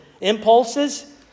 impulses